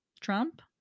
Trump